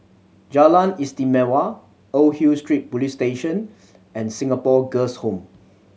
Jalan Istimewa Old Hill Street Police Station and Singapore Girls' Home